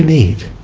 need.